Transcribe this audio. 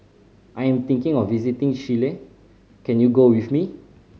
I am thinking of visiting Chile can you go with me